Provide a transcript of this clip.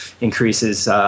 increases –